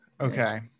Okay